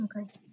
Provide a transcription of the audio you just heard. Okay